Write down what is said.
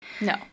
No